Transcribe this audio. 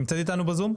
נמצאת איתנו בזום.